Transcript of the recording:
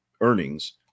earnings